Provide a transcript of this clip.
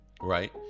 right